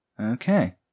okay